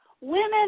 women